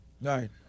Right